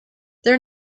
their